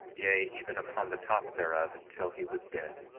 yea, even upon the top thereof until he was dead.